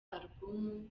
alubumu